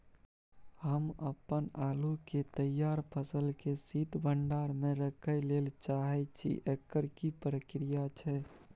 हम अपन आलू के तैयार फसल के शीत भंडार में रखै लेल चाहे छी, एकर की प्रक्रिया छै?